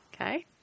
Okay